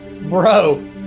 bro